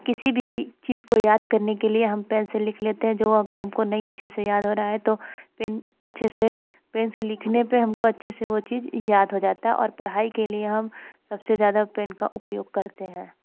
किसी भी चीज़ को याद करने के लिए हम पेन से लिख लेते हैं जो अगर हमको नहीं अच्छे से याद हो रहा है तो पेन अच्छे से पेन से लिखने पर हमको अच्छे से वह चीज़ याद हो जाता है और पढ़ाई के लिए हम सबसे ज़्यादा पेन का उपयोग करते हैं